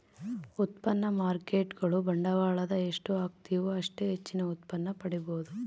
ಉತ್ಪನ್ನ ಮಾರ್ಕೇಟ್ಗುಳು ಬಂಡವಾಳದ ಎಷ್ಟು ಹಾಕ್ತಿವು ಅಷ್ಟೇ ಹೆಚ್ಚಿನ ಉತ್ಪನ್ನ ಮಾಡಬೊದು